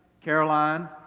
Caroline